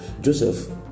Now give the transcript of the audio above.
Joseph